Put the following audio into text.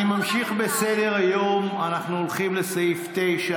אני רוצה להסב את תשומת ליבך,